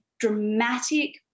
dramatic